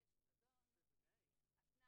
גם משרד הכלכלה מתנגד כפי שהחברה